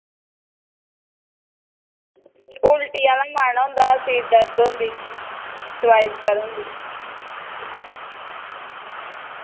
उल्टी आह्ला मन होंदा सिर दर्द होंदी सर्वाइकल दी